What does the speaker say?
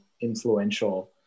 influential